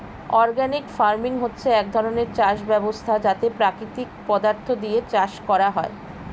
organic farming হচ্ছে এক ধরণের চাষ ব্যবস্থা যাতে প্রাকৃতিক পদার্থ দিয়ে চাষ করা হয়